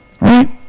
Right